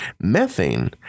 Methane